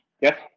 Yes